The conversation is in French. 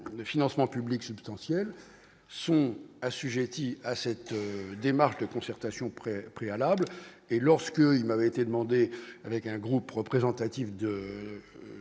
de financements publics substantiels sont assujetties à cette démarche de concertation près préalables et lorsque il m'a été demandé, avec un groupe représentatif de